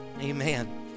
Amen